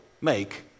make